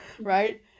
right